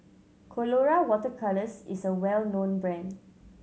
Colora Water Colours is a well known brand